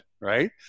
right